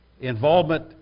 involvement